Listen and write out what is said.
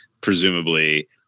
presumably